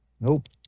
nope